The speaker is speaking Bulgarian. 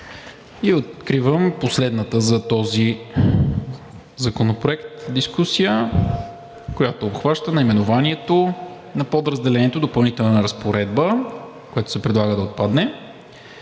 Откривам последната за този законопроект дискусия, която обхваща наименованието на Подразделението „Допълнителна разпоредба“, която се предлага да отпадне,